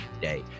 day